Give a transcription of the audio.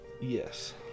Yes